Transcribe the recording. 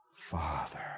Father